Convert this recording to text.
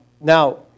Now